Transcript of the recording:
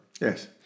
Yes